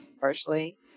partially